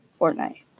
Fortnite